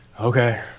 Okay